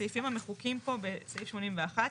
הסעיפים המחוקים פה בסעיף 81,